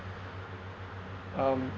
um